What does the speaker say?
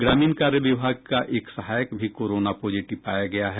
ग्रामीण कार्य विभाग का एक सहायक भी कोरोना पॉजिटिव पाया गया है